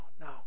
no